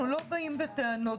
אנחנו לא באים בטענות.